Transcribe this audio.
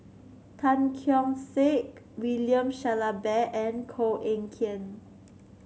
Tan Keong Saik William Shellabear and Koh Eng Kian